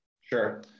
Sure